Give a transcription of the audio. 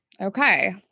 okay